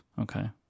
Okay